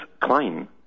Klein